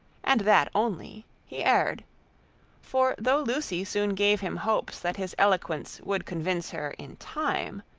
and that only, he erred for though lucy soon gave him hopes that his eloquence would convince her in time,